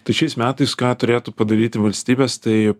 tai šiais metais ką turėtų padaryti valstybės tai